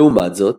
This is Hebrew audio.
לעומת זאת,